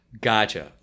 Gotcha